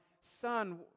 Son